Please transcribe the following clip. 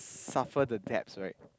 suffer the debts right